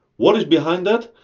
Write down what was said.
what is behind that,